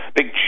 big